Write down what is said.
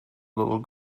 little